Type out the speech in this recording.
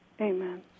Amen